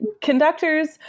Conductors